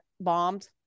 bombed